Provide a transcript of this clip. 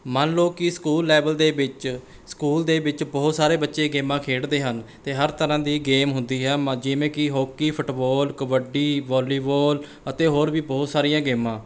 ਮੰਨ ਲਓ ਕਿ ਸਕੂਲ ਲੈਵਲ ਦੇ ਵਿੱਚ ਸਕੂਲ ਦੇ ਵਿੱਚ ਬਹੁਤ ਸਾਰੇ ਬੱਚੇ ਗੇਮਾਂ ਖੇਡਦੇ ਹਨ ਅਤੇ ਹਰ ਤਰ੍ਹਾਂ ਦੀ ਗੇਮ ਹੁੰਦੀ ਹੈ ਮ ਜਿਵੇਂ ਕਿ ਹਾਕੀ ਫੁੱਟਬਾਲ ਕਬੱਡੀ ਵਾਲੀਬਾਲ ਅਤੇ ਹੋਰ ਵੀ ਬਹੁਤ ਸਾਰੀਆਂ ਗੇਮਾਂ